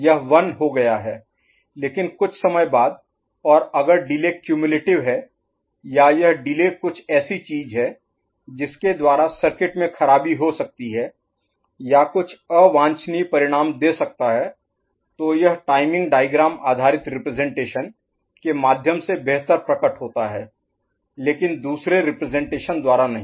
यह 1 हो गया है लेकिन कुछ समय बाद और अगर डिले क्युमुलेटिव है या यह डिले कुछ ऐसी चीज है जिसके द्वारा सर्किट में खराबी हो सकती है या कुछ अवांछनीय परिणाम दे सकता है तो यह टाइमिंग डायग्राम आधारित रिप्रजेंटेशन के माध्यम से बेहतर प्रकट होता है लेकिन दुसरे रिप्रजेंटेशन द्वारा नहीं